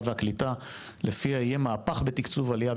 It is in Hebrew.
והקליטה לפי יהיה מהפך בתקצוב עלייה.